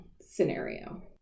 scenario